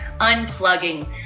unplugging